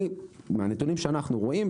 מהנתונים שאנחנו רואים,